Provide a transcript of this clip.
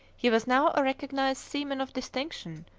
he was now a recognised seaman of distinction,